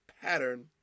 pattern